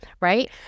right